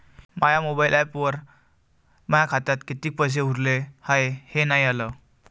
माया mobile ॲपवर माया खात्यात किती पैसे उरले हाय हे नाही आलं